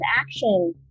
action